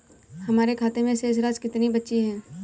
हमारे खाते में शेष राशि कितनी बची है?